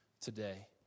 today